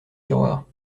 tiroirs